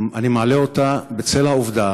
אני מעלה אותה בצל העובדה